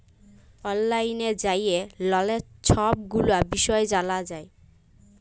অললাইল যাঁয়ে ললের ছব গুলা বিষয় জালা যায়